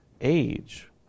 age